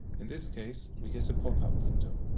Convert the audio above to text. in this case, we get a popup window.